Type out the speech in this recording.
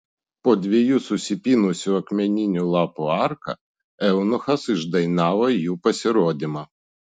po dviejų susipynusių akmeninių lapų arka eunuchas išdainavo jų pasirodymą